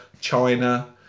China